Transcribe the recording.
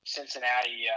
Cincinnati